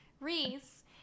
Reese